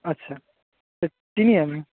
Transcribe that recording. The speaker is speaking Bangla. আচ্ছা তা চিনি আমি